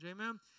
amen